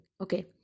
Okay